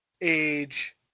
age